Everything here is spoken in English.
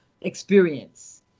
experience